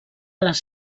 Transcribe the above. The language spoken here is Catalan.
les